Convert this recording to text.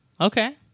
Okay